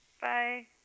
Bye